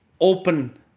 Open